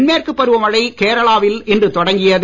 தென்மேற்கு பருவமழை கேரளாவில் இன்று தொடங்கியது